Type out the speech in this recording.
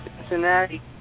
Cincinnati